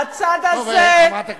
הצד הזה אז למה את מוכרת?